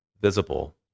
visible